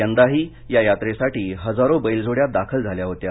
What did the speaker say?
यंदाही या यात्रेसाठी हजारो बैलजोड्या दाखल झाल्या होत्या